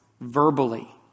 verbally